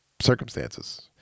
circumstances